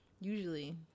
Usually